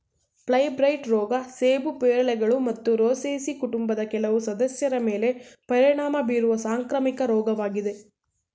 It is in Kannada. ಫೈರ್ಬ್ಲೈಟ್ ರೋಗ ಸೇಬು ಪೇರಳೆಗಳು ಮತ್ತು ರೋಸೇಸಿ ಕುಟುಂಬದ ಕೆಲವು ಸದಸ್ಯರ ಮೇಲೆ ಪರಿಣಾಮ ಬೀರುವ ಸಾಂಕ್ರಾಮಿಕ ರೋಗವಾಗಿದೆ